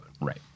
Right